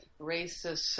racist